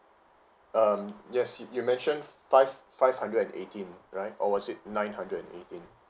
um yes you you've mentioned f~ five five hundred and eighteen right or was it nine hundred and eighteen